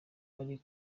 hari